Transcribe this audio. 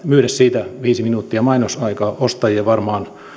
myydä viisi minuuttia mainosaikaa ostajia varmaan